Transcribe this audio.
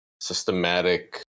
systematic